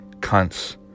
Cunts